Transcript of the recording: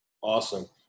Awesome